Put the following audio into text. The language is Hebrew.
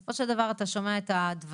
בסופו של דבר אתה שומע את הדברים